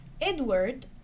Edward